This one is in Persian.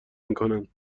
میکنند